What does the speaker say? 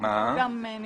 יש